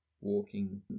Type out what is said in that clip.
walking